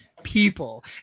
people